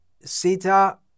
Sita